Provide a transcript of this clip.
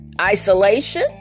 isolation